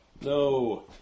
No